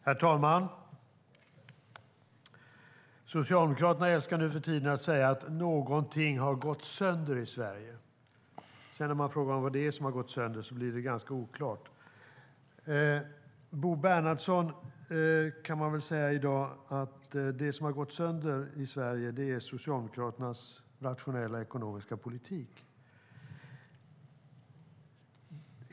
Herr talman! Socialdemokraterna älskar nu för tiden att säga att någonting har gått sönder i Sverige. När man frågar vad det är som har gått sönder blir det ganska oklart. Till Bo Bernhardsson kan man väl säga i dag att det som har gått sönder i Sverige är Socialdemokraternas rationella ekonomiska politik.